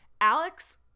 Alex